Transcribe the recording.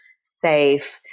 safe